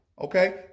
Okay